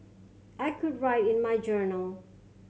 I could write in my journal